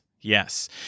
Yes